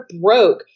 broke